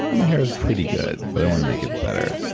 my hair's pretty good but i want to make it better.